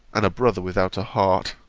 and a brother without a heart!